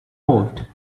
moved